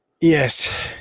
Yes